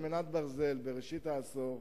בראשית העשור,